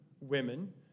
women